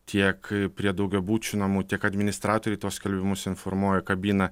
tiek prie daugiabučių namų tiek administratoriai tuos skelbimus informuoja kabina